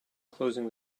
closing